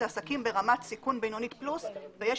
אלה עסקים ברמת סיכון בינונית פלוס ויש